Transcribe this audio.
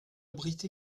abrite